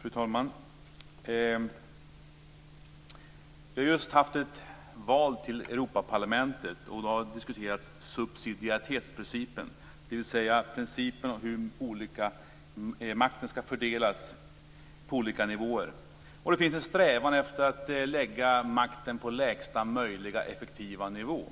Fru talman! Vi har just haft ett val till Europaparlamentet. Då har det diskuterats subsidiaritetsprincipen, dvs. principen om hur makten skall fördelas på olika nivåer. Det finns en strävan efter att lägga makten på lägsta möjliga effektiva nivå.